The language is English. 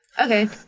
Okay